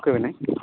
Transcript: okay Vinay